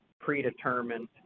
predetermined